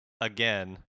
again